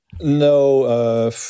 No